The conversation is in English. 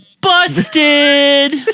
Busted